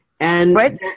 Right